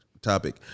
topic